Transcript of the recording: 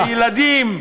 הילדים,